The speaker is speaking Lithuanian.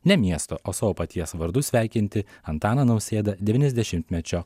ne miesto o savo paties vardu sveikinti antaną nausėdą dešimtmečio